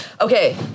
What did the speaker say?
Okay